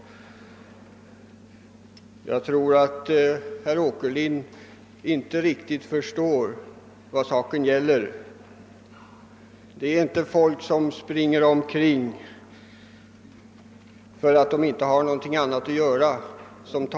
Jag tror att herr Åkerlind inte riktigt förstår vad saken gäller. De som talar i denna fråga är inte folk som springer omkring för att de inte har något annat att göra.